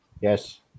Yes